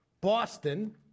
Boston